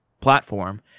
platform